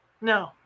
No